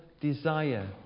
desire